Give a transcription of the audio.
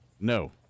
No